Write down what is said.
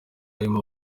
rurimo